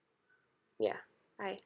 ya right